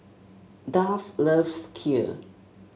Duff loves Kheer